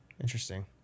Interesting